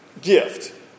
gift